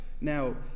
Now